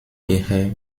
eher